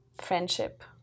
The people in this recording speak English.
friendship